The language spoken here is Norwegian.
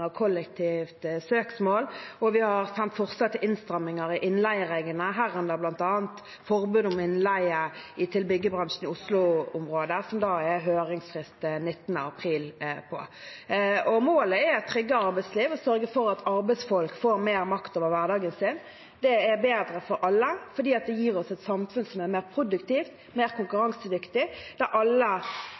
av kollektivt søksmål, og vi har sendt forslag til innstramninger i innleiereglene, herunder bl.a. forbud mot innleie i byggebransjen i Oslo-området, med høringsfrist 19. april. Målet er et tryggere arbeidsliv og å sørge for at arbeidsfolk får mer makt over hverdagen sin. Det er bedre for alle, for det gir oss et samfunn som er mer produktivt, mer konkurransedyktig og der det blir investert mer i de